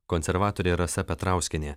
konservatorė rasa petrauskienė